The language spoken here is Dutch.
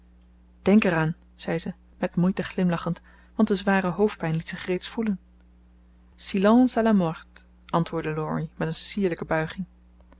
denk er aan zei ze met moeite glimlachend want de zware hoofdpijn liet zich reeds voelen silence à la mort antwoordde laurie met een sierlijke buiging